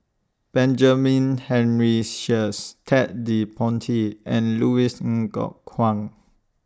Benjamin Henry Sheares Ted De Ponti and Louis Ng Kok Kwang